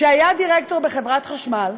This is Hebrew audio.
שהיה דירקטור בחברת החשמל.